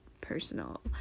personal